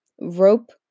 rope